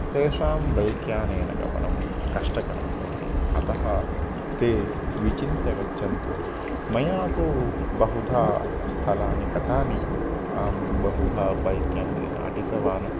तेषां बैक् यानेन गमनं कष्टकरं भवति अतः ते विचिन्त्य गच्छन्तु मया तु बहुधा स्थलानि गतानि अहं बहुधा बैक् यानेन अटितवान्